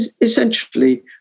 essentially